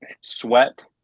sweat